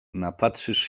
napatrzysz